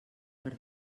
per